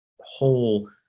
whole